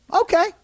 Okay